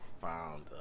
found